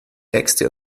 äxte